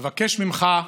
אבקש ממך,